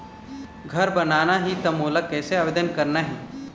घर बनाना ही त मोला कैसे आवेदन करना हे?